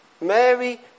Mary